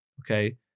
okay